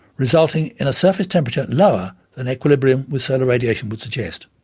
resulting in a surface temperature lower than equilibrium with solar radiation would suggest.